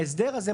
ההסדר הזה,